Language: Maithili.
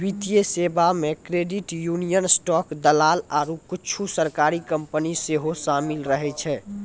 वित्तीय सेबा मे क्रेडिट यूनियन, स्टॉक दलाल आरु कुछु सरकारी कंपनी सेहो शामिल रहै छै